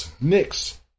Knicks